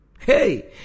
Hey